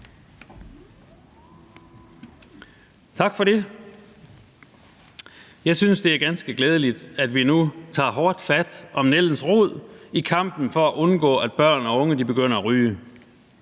Tak for det. Jeg synes, det er ganske glædeligt, at vi nu tager hårdt fat om nældens rod i kampen for at undgå, at børn og unge begynder at ryge.